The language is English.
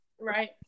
right